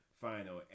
final